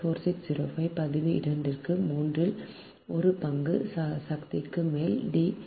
4605 log 2 க்கு மூன்றில் ஒரு பங்கு சக்திக்கு மேல் டி மற்றும் 0